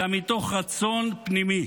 אלא מתוך רצון פנימי.